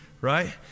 right